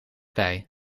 bij